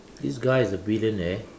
this guy is a billionaire